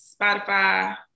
Spotify